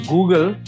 Google